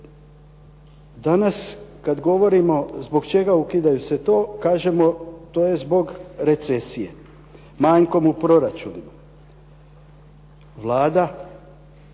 danas kad govorimo zbog čega ukida se to kažemo to je zbog recesije, manjkom u proračunima. Vlada